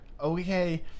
Okay